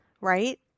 right